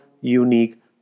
unique